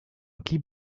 clip